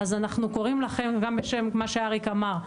אנחנו קוראים לכם גם בשם מה שאריק אמר,